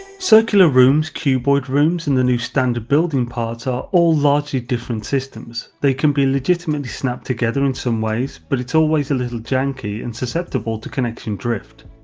circular rooms, cuboid rooms and the new standard building parts are all largely different systems, they can be legitimately snapped together in some ways, but it's always a little janky and suceptable to connection drift.